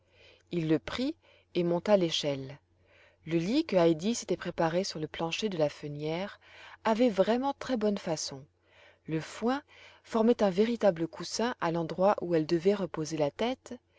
il le prit et monta l'échelle le lit que heidi s'était préparé sur le plancher de la fenière avait vraiment très bonne façon le foin formait un véritable coussin à l'endroit où elle devait reposer la tête